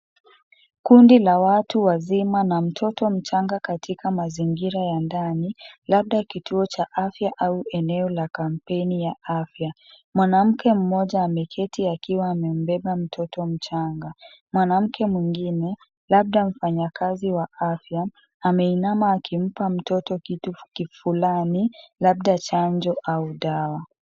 Kundi la watu wazima na mtoto mchanga katika mazingira ya ndani labda kituo cha afya au eneo la kampeni la afya. Mwanamke mmoja ameketi akiwa amebeba mtoto mchanga, mwanamke mwingine ladba mfanyikazi wa afya anainama akimpa mtoto kitu fulani labda chanjo au dawa.